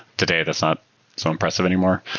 today, that's not so impressive anymore,